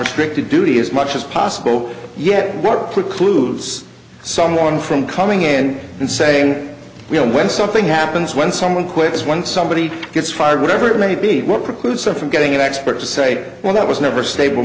restricted duty as much as possible yet what precludes someone from coming in and saying you know when something happens when someone quits when somebody gets fired whatever it may be what precludes them from getting an axe but to say well that was never stable